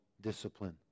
discipline